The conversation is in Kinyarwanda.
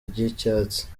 ry’icyatsi